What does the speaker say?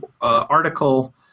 article